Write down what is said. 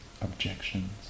objections